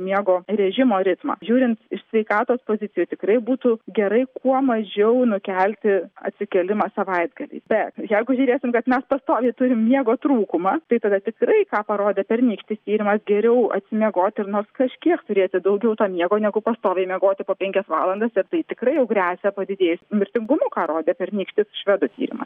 miego režimo ritmą žiūrint iš sveikatos pozicijų tikrai būtų gerai kuo mažiau nukelti atsikėlimą savaitgalį bet jeigu žiūrėsim kad mes pastoviai turim miego trūkumą tai tada tikrai ką parodė pernykštis tyrimas geriau atsimiegoti ir nors kažkiek turėti daugiau to miego negu pastoviai miegoti po penkias valandas ir tai tikrai gresia padidėjusiu mirtingumu ką rodė pernykštis švedų tyrimas